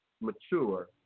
mature